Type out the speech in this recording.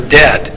dead